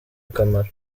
akamaro